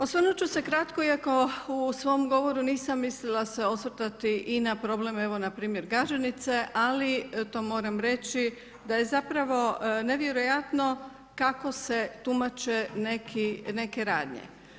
Osvrnuti ću se kratko, iako u svom govoru nisam mislila se osvrtati i na problem evo npr. Gaženice, ali to moram reći da je zapravo nevjerojatno kako se tumače neke radnje.